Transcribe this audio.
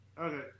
Okay